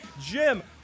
Jim